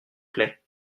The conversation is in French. plait